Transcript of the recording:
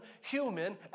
human